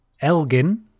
Elgin